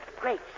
Great